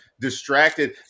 distracted